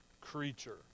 creature